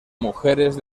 mujeres